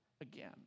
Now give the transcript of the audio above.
again